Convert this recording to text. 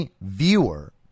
viewer